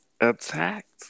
attacked